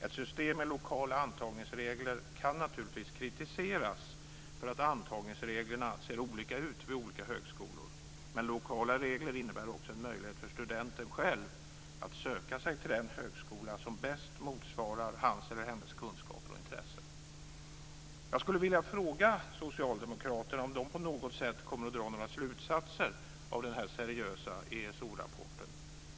Ett system med lokala antagningsregler kan naturligtvis kritiseras för att antagningsreglerna ser olika ut vid olika högskolor, men lokala regler innebär också en möjlighet för studenten att söka sig till den högskola som bäst motsvarar hans eller hennes kunskaper och intresse. ESO-rapport.